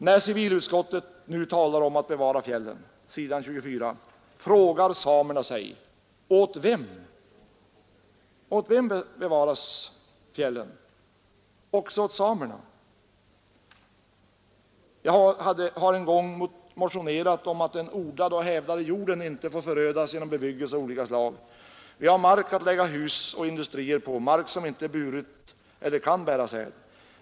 När civilutskottet nu — på s. 24 — talar om att bevara fjällen, frågar samerna sig: Åt vem skall fjällen bevaras? Också åt samerna? Jag har en gång motionerat om att den odlade och hävdade jorden inte får förödas genom bebyggelse av olika slag. Vi har mark att lägga hus och industrier på — sådan mark som inte burit eller kan bära säd.